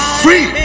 free